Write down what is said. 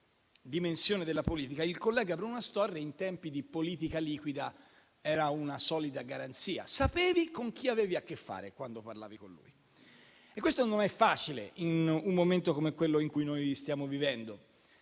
dimensione della politica. Il collega Bruno Astorre, in tempi di politica liquida, era una solida garanzia; sapevi con chi avevi a che fare quando parlavi con lui. Questo non è facile in un momento come quello in cui noi stiamo vivendo.